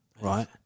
Right